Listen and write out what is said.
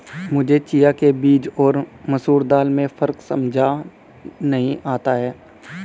मुझे चिया के बीज और मसूर दाल में फ़र्क समझ नही आता है